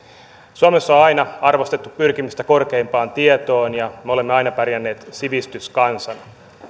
suomessa on aina arvostettu pyrkimystä korkeimpaan tietoon ja me olemme aina pärjänneet sivistyskansana